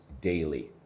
daily